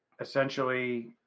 essentially